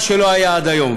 מה שלא היה עד היום.